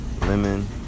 lemon